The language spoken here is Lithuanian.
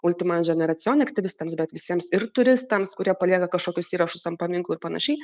ultimanžinaracione aktyvistams bet visiems ir turistams kurie palieka kažkokius įrašus ant paminklų ir panašiai